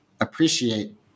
appreciate